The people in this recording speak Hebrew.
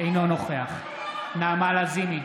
אינו נוכח נעמה לזימי,